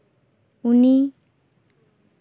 ᱩᱱᱤ